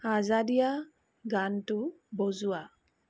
আজাদিয়া গানটো বজোৱা